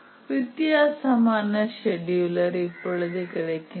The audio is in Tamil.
வித்தியாசமான செடியூலர் இப்பொழுது கிடைக்கின்றன